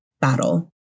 battle